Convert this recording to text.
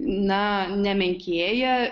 na nemenkėja